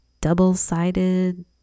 double-sided